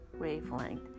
wavelength